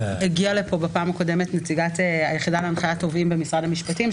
בפעם הקודמת הגיעה לפה נציגת היחידה להנחיית תובעים ממשרד המשפטים,